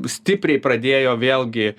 stipriai pradėjo vėlgi